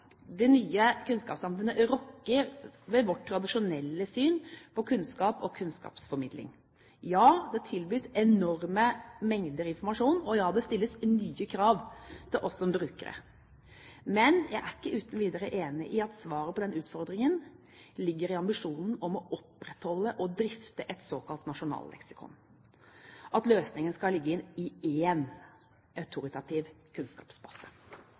det nye kunnskapssamfunnet rokker ved vårt tradisjonelle syn på kunnskap og kunnskapsformidling. Ja, det tilbys enorme mengder informasjon. Og ja, det stilles nye krav til oss som brukere. Men jeg er ikke uten videre enig i at svaret på den utfordringen ligger i ambisjonen om å opprettholde og drifte et såkalt nasjonalleksikon – at løsningen skal ligge i én autoritativ kunnskapsbase.